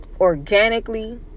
organically